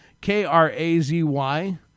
K-R-A-Z-Y